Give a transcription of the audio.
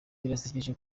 birasekeje